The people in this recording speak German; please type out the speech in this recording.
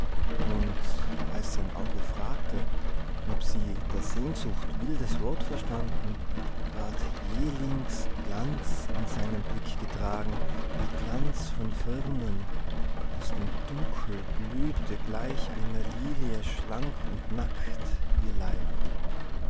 und als sein auge fragte ob sie der sehnsucht wildes wort verstanden ward jählings glanz in seinen blick getragen wie glanz von firnen aus dem dunkel blühte gleich einer lilie schlank und nackt ihr leib